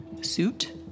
suit